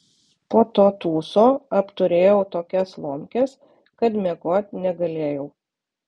po to tūso apturėjau tokias lomkes kad miegot negalėjau